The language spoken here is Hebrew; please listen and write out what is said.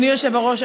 אדוני היושב-ראש,